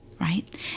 right